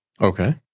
Okay